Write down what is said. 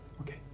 Okay